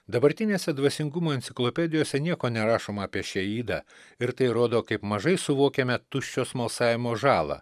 dabartinėse dvasingumo enciklopedijose nieko nerašoma apie šią ydą ir tai rodo kaip mažai suvokiame tuščio smalsavimo žalą